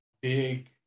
big